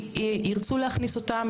ירצו להכניס אותם,